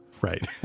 Right